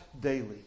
daily